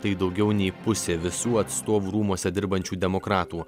tai daugiau nei pusė visų atstovų rūmuose dirbančių demokratų